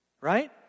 Right